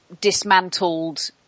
dismantled